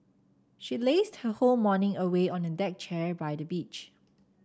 she lazed her whole morning away on a deck chair by the beach